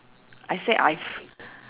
I said I